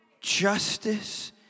justice